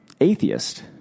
atheist